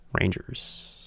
Rangers